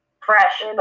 Fresh